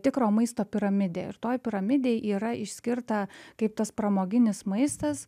tikro maisto piramidė ir toj piramidėj yra išskirta kaip tas pramoginis maistas